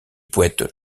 poète